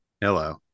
hello